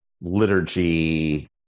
liturgy